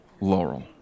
Laurel